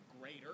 greater